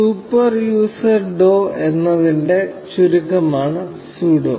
super user do എന്നതിന്റെ ചുരുക്കമാണ് sudo